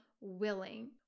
willing